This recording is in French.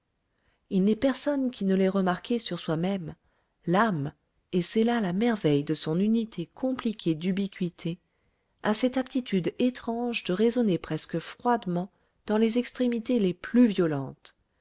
il n'est personne qui ne l'ait remarqué sur soi-même l'âme et c'est là la merveille de son unité compliquée d'ubiquité a cette aptitude étrange de raisonner presque froidement dans les extrémités les plus violentes